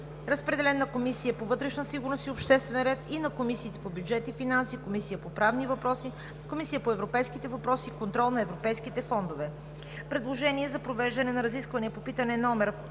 Водеща е Комисията по вътрешна сигурност и обществен ред. Разпределен е и на Комисията по бюджет и финанси, Комисията по правни въпроси и Комисията по европейските въпроси и контрол на европейските фондове. Предложение за провеждане на разисквания по питане №